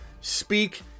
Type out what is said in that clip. speak